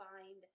find